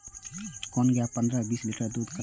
कोन गाय पंद्रह से बीस लीटर दूध करते?